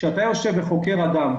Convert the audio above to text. כשאתה חוקר אדם,